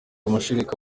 amashereka